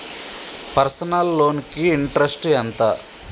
Personal loan కి interest ఎంత?